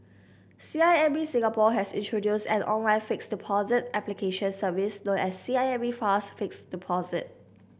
C I M B Singapore has introduced an online fixed deposit application service known as the C I M B Fast Fixed Deposit